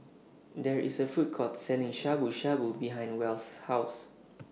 There IS A Food Court Selling Shabu Shabu behind Wells' House